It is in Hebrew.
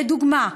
לדוגמה,